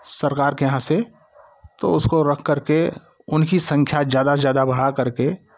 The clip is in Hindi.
सरकार के यहाँ से तो उसको रखकर के उनकी संख्या ज़्यादा ज़्यादा से बढ़ाकर के